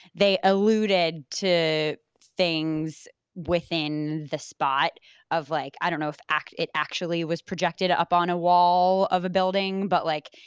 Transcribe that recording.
they alluded to things within the spot of like, i don't know if it actually was projected up on a wall of a building. but like,